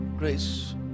grace